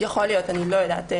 יכול להיות, אני לא יודעת.